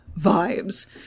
vibes